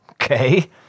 Okay